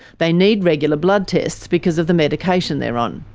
they need regular blood tests because of the medication they're on.